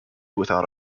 without